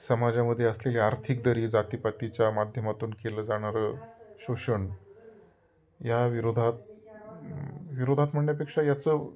समाजामध्ये असलेली आर्थिक दरी जातीपातीच्या माध्यमातून केलं जाणारं शोषण या विरोधात विरोधात म्हणण्यापेक्षा याचं